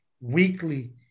weekly